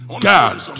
God